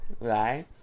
Right